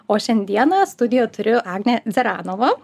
o šiandieną studijoje turiu agnę dzeranovą